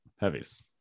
heavies